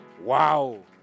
Wow